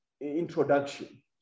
introduction